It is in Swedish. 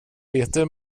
heter